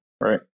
Right